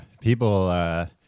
people